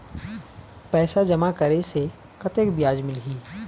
पैसा जमा करे से कतेक ब्याज मिलही?